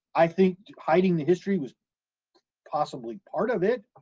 i think hiding the history was possibly part of it.